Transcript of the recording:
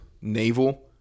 naval